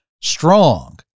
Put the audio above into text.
strong